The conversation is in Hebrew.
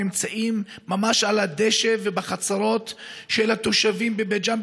נמצאים ממש על הדשא ובחצרות של התושבים בבית ג'ן,